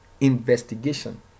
investigation